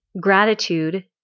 gratitude